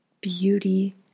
beauty